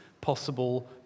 possible